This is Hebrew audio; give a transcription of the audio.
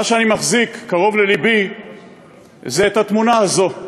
מה שאני מחזיק קרוב ללבי זה התמונה הזאת,